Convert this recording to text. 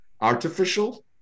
artificial